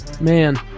man